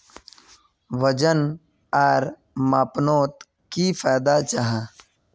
वजन आर मापनोत की फायदा जाहा?